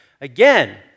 Again